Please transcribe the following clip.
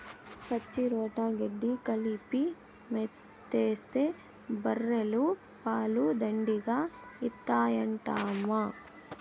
పచ్చిరొట్ట గెడ్డి కలిపి మేతేస్తే బర్రెలు పాలు దండిగా ఇత్తాయంటమ్మా